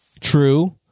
True